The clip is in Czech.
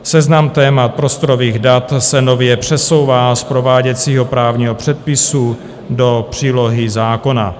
Seznam témat prostorových dat se nově přesouvá z prováděcího právního předpisu do přílohy zákona.